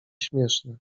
śmieszne